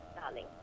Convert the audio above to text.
darling